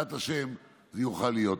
בעזרת השם, זה יוכל להיות.